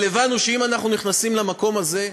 אבל הבנו שאם אנחנו נכנסים למקום הזה,